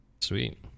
sweet